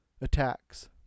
attacks